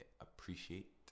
appreciate